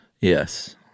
Yes